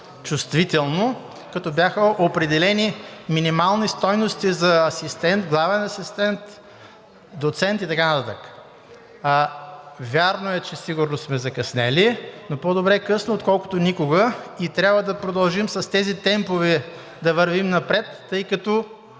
като бяха определени минимални стойности за асистент, главен асистент, доцент и така нататък. Вярно е, че сигурно сме закъснели, но по-добре късно, отколкото никога, и трябва да продължим с тези темпове да вървим напред, тъй като